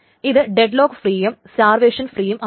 ഇത് ഡെഡ്ലോക്ക് ഫ്രീയും സ്റ്റാർവേഷൻ ഫ്രീയും ആണ്